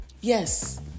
Yes